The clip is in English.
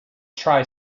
try